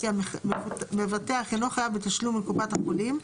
כי המבטח אינו חייב בתשלום לקופת החולים,